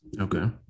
Okay